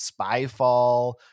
Spyfall